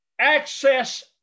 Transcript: access